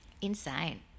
Insane